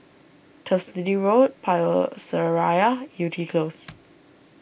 Turf City Road Power Seraya Yew Tee Close